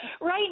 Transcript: right